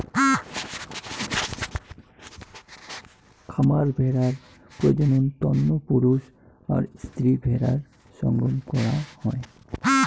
খামার ভেড়ার প্রজনন তন্ন পুরুষ আর স্ত্রী ভেড়ার সঙ্গম করাং হই